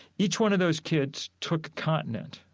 each one of those kids took a continent,